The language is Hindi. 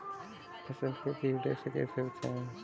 फसल को कीड़े से कैसे बचाएँ?